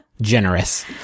generous